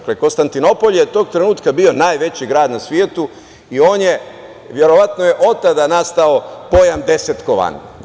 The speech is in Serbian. Konstantinopolj je tog trenutka bio najveći grad na svetu i verovatno je od tada nastao pojam – desetkovan.